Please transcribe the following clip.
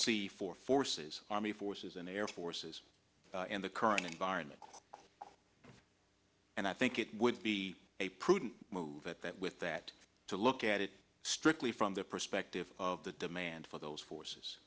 see for forces army forces and air forces in the current environment quick and i think it would be a prudent move at that with that to look at it strictly from the perspective of the demand for those forces